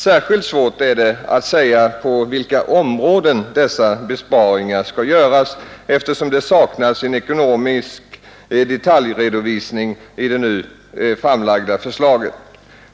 Särskilt svårt är det att säga på vilka områden dessa besparingar skall göras, eftersom det saknas en ekonomisk detaljredovisning i det nu framlagda förslaget.